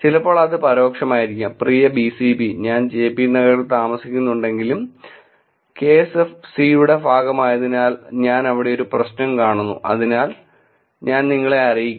ചിലപ്പോൾ അത് പരോക്ഷമായിരിക്കാം പ്രിയ ബിസിപി ഞാൻ ജെപി നഗറിൽ താമസിക്കുന്നുണ്ടെങ്കിലും കെഎസ്എഫ്സിയുടെ ഭാഗമായതിനാൽ ഞാൻ അവിടെ ഒരു പ്രശ്നം കാണുന്നു അതിനാൽ ഞാൻ നിങ്ങളെ അറിയിക്കുന്നു